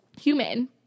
human